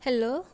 hello